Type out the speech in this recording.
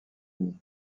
uni